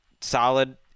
solid